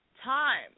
time